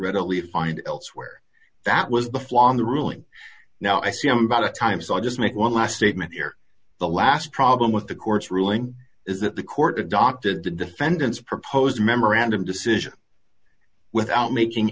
readily find elsewhere that was the flaw in the ruling now i see i'm about a time so i'll just make one last statement here the last problem with the court's ruling is that the court adopted the defendant's proposed memorandum decision without making